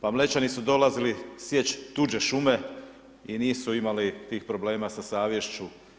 Pa Mlečani su dolazili sjeći tuđe šume i nisu imali tih problema sa savješću.